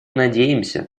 надеемся